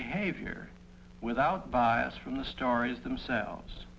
behavior without bias from the stories themselves